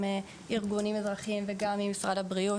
ארגונים אזרחיים וגם עם משרד הבריאות,